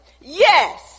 Yes